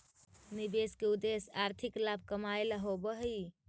निवेश के उद्देश्य आर्थिक लाभ कमाएला होवऽ हई